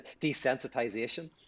desensitization